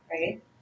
Right